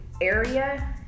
area